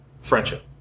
friendship